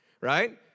Right